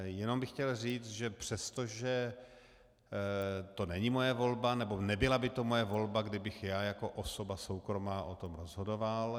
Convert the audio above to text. Jenom bych chtěl říct, že přestože to není moje volba, nebo nebyla by to moje volba, kdybych já jako osoba soukromá o tom rozhodoval.